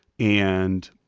and